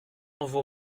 envoie